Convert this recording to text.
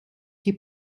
die